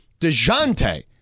DeJounte